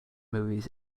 movies